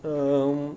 um